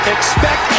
Expect